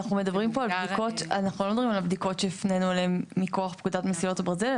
אנחנו לא מדברים שהפננו אליהם מכוח פקודת מסילות הברזל,